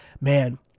Man